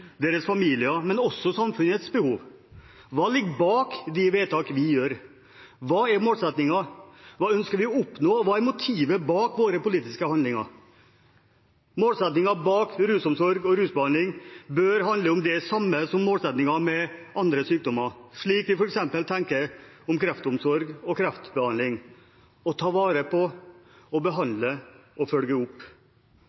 deres familier – og også samfunnets behov. Hva ligger bak de vedtakene vi gjør? Hva er målsettingen? Hva ønsker vi å oppnå, og hva er motivet bak våre politiske handlinger? Målsettingen for rusomsorg og rusbehandling bør handle om det samme som målsettingen når det gjelder andre sykdommer, slik vi f.eks. tenker om kreftomsorg og kreftbehandling: å ta vare på, å